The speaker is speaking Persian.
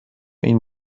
این